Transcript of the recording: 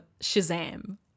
Shazam